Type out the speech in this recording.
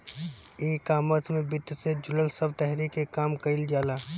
ecommerce में वित्त से जुड़ल सब तहरी के काम कईल जाला